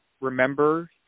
remember